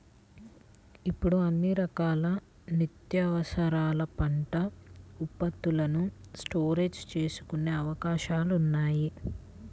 ఇప్పుడు అన్ని రకాల నిత్యావసరాల పంట ఉత్పత్తులను స్టోరేజీ చేసుకునే అవకాశాలున్నాయి